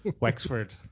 Wexford